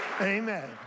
amen